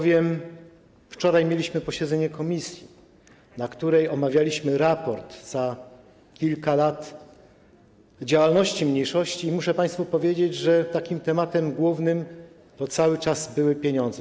Wczoraj mieliśmy posiedzenie komisji, na którym omawialiśmy raport za kilka lat działalności mniejszości, i muszę państwu powiedzieć, że tematem głównym cały czas były pieniądze.